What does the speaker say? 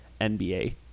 NBA